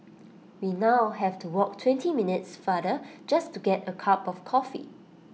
we now have to walk twenty minutes farther just to get A cup of coffee